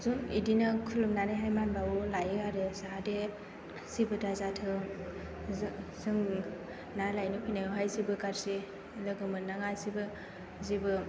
बिदिनो खुलुमनानैहाय मान बावो लायो आरो जाहाथे जेबो दा जाथों जों ना लायनो फैनायावहाय जेबो गाज्रि लोगो मोननाङा जेबो